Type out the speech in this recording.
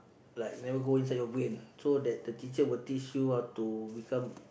like never go inside your brain so that the teacher will teach you how to become